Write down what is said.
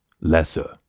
lesser